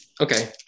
Okay